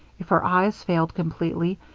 if her eyes failed completely,